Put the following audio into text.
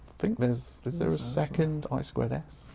think there's is there a second i-squared-s?